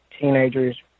teenagers